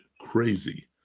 crazy